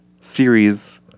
series